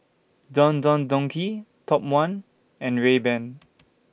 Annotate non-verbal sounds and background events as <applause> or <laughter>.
Don Don Donki Top one and Rayban <noise>